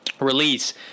release